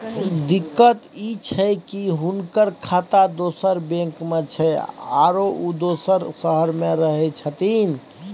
दिक्कत इ छै की हुनकर खाता दोसर बैंक में छै, आरो उ दोसर शहर में रहें छथिन